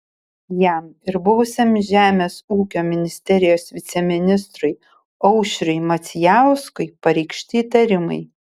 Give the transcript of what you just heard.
jam ir buvusiam žemės ūkio ministerijos viceministrui aušriui macijauskui pareikšti įtarimai